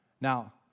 Now